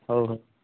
ହଉ ହଉ